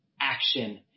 action